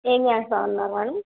ఏం చేస్తా ఉన్నారు మేడం